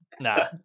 nah